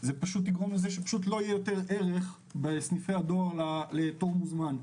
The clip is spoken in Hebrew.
זה פשוט יגרום לזה שלא יהיה יותר ערך בסניפי הדואר לתור מוזמן.